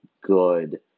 good